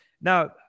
now